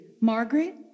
Margaret